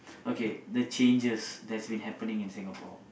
okay the changes that's been happening in Singapore